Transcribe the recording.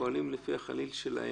פועלים לפי החליל שלו.